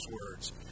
words